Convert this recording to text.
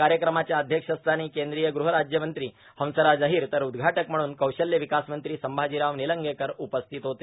कायक्रमाच्या अध्यक्षस्थानी कद्रीय गृहराज्यमंत्री हंसराज अहोर तर उद्घाटक म्हणून कौशल्य विकासमंत्री संभाजीराव र्गिनलंगेकर उपस्थित होते